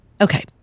Okay